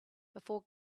before